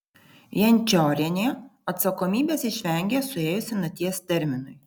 jančiorienė atsakomybės išvengė suėjus senaties terminui